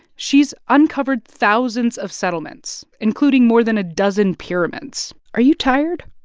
she's uncovered thousands of settlements including more than a dozen pyramids are you tired?